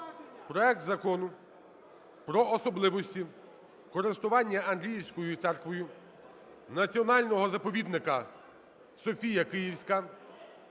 проект Закону про особливості користування Андріївською церквою Національного заповідника "Софія Київська"